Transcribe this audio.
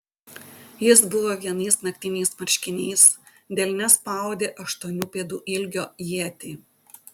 jis buvo vienais naktiniais marškiniais delne spaudė aštuonių pėdų ilgio ietį